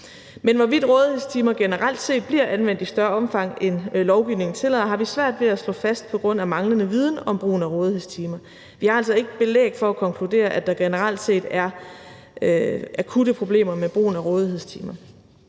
Men hvorvidt rådighedstimer generelt set bliver anvendt i større omfang, end lovgivningen tillader, har vi svært ved at slå fast på grund af manglende viden om brugen af rådighedstimer. Vi har altså ikke belæg for at konkludere, at der generelt set er akutte problemer med brugen af rådighedstimer.